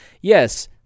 yes